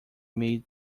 made